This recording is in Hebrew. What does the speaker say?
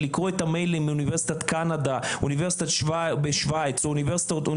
ולקרוא את המיילים מאונ' קנדה או אונ' בשוויץ או מאוסטרליה,